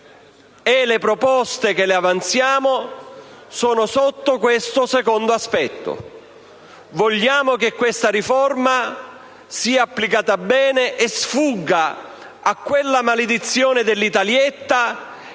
e le proposte che le avanziamo si pongono alla luce di questo secondo aspetto: vogliamo che questa riforma sia applicata bene e che sfugga a quella maledizione dell'Italietta